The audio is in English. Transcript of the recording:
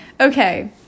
Okay